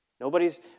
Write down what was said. Nobody's